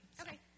Okay